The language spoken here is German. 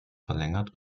verlängert